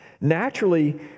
Naturally